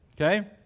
Okay